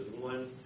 one